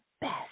best